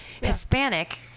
Hispanic